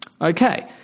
Okay